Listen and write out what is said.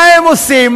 מה הם עושים?